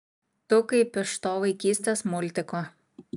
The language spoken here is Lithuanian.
tu kaip iš to vaikystės multiko